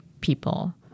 people